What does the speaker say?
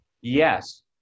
yes